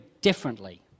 differently